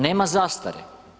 Nema zastare.